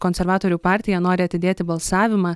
konservatorių partija nori atidėti balsavimą